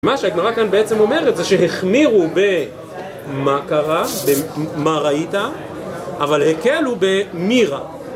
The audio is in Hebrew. מה שהגמרא כאן בעצם אומרת זה שהחמירו במה קרה, במה ראית, אבל הקלו במי ראה